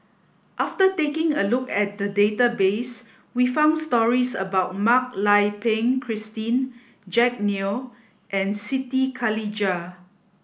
after taking a look at the database we found stories about Mak Lai Peng Christine Jack Neo and Siti Khalijah